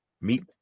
meet